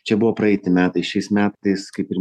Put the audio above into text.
čia buvo praeiti metai šiais metais kaip ir